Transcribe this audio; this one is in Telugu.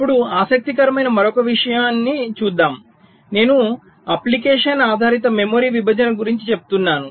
ఇప్పుడు ఆసక్తికరమైన మరొక రకమైన విషయాన్ని చూద్దాం నేను అప్లికేషన్ ఆధారిత మెమరీ విభజన గురుంచి చెప్తున్నాను